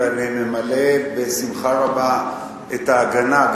ואני ממלא בשמחה רבה את ההגנה,